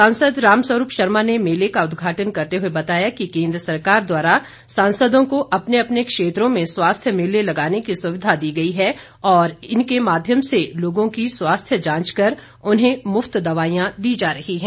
सांसद रामस्वरूप शर्मा ने मेले का उदघाटन करते हुए बताया कि केन्द्र सरकार द्वारा सांसदों को अपने अपने क्षेत्रों में स्वास्थ्य मेले लगाने की सुविधा दी गई है और इसके माध्यम से लोगों की स्वास्थ्य जांच कर उन्हें मुफ्त दवाईयां दी जा रही हैं